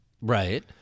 Right